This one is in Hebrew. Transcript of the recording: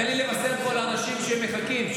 תן לי לבשר פה לאנשים שמחכים,